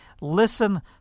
Listen